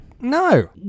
No